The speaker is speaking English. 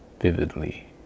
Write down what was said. vividly